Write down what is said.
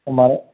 ओह् महाराज